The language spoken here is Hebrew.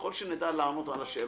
ככל שנדע לענות על השאלות